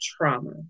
trauma